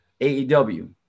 AEW